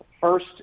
First